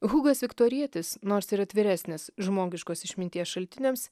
hugas viktorietis nors ir atviresnis žmogiškos išminties šaltiniams